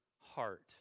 heart